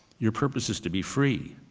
your purpose is to be free.